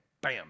bam